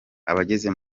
abageze